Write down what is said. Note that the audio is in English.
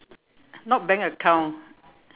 not bank account